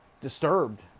Disturbed